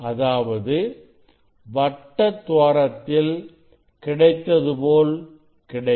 அதாவது வட்ட துவாரத்தில் கிடைத்தது போல் கிடைக்கும்